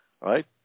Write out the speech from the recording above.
right